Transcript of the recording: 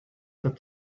that